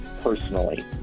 personally